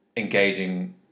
Engaging